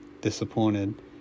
disappointed